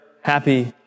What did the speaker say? happy